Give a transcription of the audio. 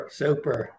super